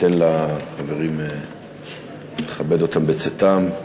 ניתן לחברים ונכבד אותם בצאתם.